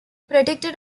protector